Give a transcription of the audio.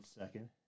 second